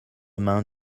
main